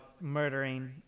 murdering